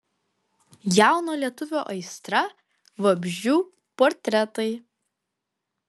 jauno lietuvio aistra vabzdžių portretai